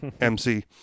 MC